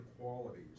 qualities